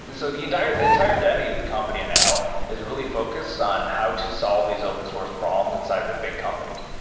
so the entire entire identity of the company now is really focused on how to solve these open source problems inside of a big company.